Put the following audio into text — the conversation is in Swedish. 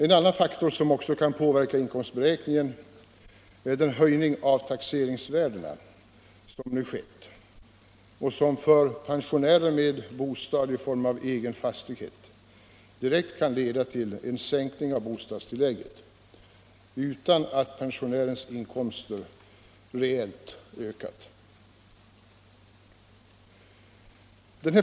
En annan faktor som också kan påverka inkomstberäkningen är den höjning av taxeringsvärdena som nu skett och som för folkpensionärer med bostad i form av egen fastighet direkt kan leda till en sänkning av bostadstillägget utan att pensionärens inkomster reellt ökat.